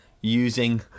using